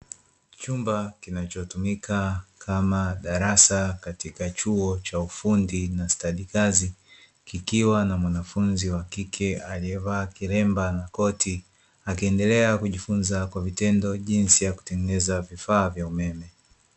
Chumba kinachotumika kama darasa katika chuo cha ufundi na stadi kazi, kikiwa na mwanafunzi wa kike aliyevaa kilemba na koti akiendelea kujifunza kwa vitendo jinsi ya kutengeneza vifaa vya umeme.